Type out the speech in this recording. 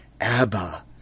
Abba